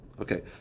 Okay